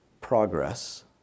progress